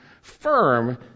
firm